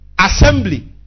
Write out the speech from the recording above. assembly